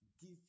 give